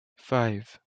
five